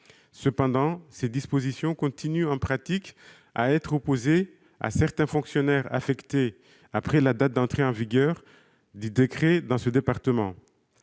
Cependant, ces dispositions continuent en pratique à être opposées à certains fonctionnaires affectés après la date d'entrée en vigueur du décret dans ce département.